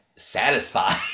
satisfied